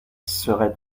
serait